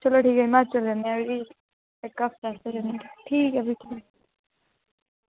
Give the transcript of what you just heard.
चलो ठीक ऐ हिमाचल जन्ने आं फ्ही इक्क हफ्ते आस्तै जन्ने आं ठीक ऐ फ्ही